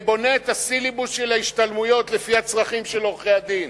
ובונה את הסילבוס של ההשתלמויות לפי הצרכים של עורכי-הדין.